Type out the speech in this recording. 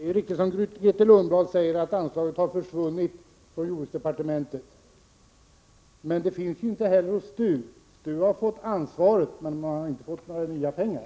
Herr talman! Det är riktigt som Grethe Lundblad säger, att anslaget har försvunnit från jordbruksdepartementets budget. Men det finns ju inte heller hos STU. Där har man fått ansvaret, men man har inte fått några nya pengar.